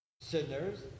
sinners